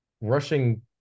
Rushing